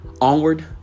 onward